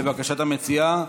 לבקשת המציעה.